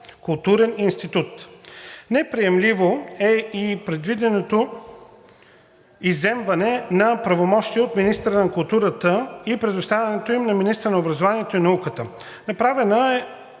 културен институт. Неприемливо е предвиденото изземване на правомощия от министъра на културата и предоставянето им на министъра на образованието и науката. Направени